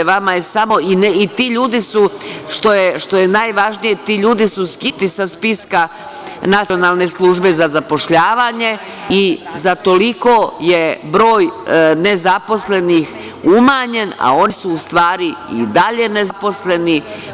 Ti ljudi su, što je najvažnije, skinuti sa spiska Nacionalne službe za zapošljavanje i za toliko je broj nezaposlenih umanjen, a oni su u stvari i dalje nezaposleni.